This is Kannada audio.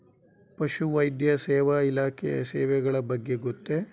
ಪಶುವೈದ್ಯ ಸೇವಾ ಇಲಾಖೆಯ ಸೇವೆಗಳ ಬಗ್ಗೆ ಗೊತ್ತೇ?